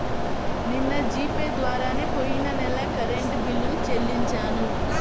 నిన్న G pay ద్వారానే పొయ్యిన నెల కరెంట్ బిల్లుని చెల్లించాను